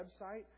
website